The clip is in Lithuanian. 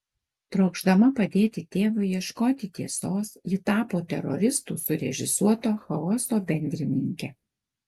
trokšdama padėti tėvui ieškoti tiesos ji tapo teroristų surežisuoto chaoso bendrininke